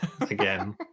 again